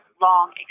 long